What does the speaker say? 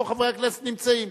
פה חברי הכנסת נמצאים.